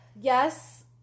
Yes